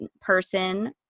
person